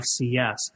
FCS